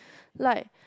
like